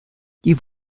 die